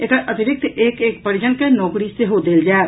एकर अतिरिक्त एक एक परिजन के नौकरी सेहो देल जायत